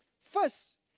First